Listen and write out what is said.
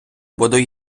буду